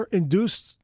induced